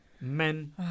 Men